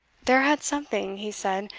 there had something, he said,